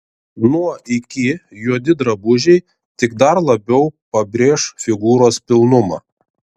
nuo iki juodi drabužiai tik dar labiau pabrėš figūros pilnumą